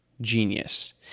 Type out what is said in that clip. genius